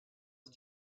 ist